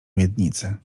miednicy